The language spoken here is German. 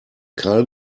kahl